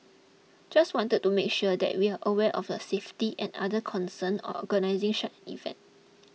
just wanted to make sure that we were aware of the safety and other concerns or organising event